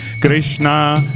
Krishna